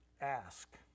ask